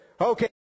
Okay